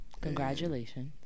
congratulations